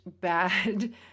bad